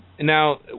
now